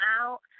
out